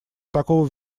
такого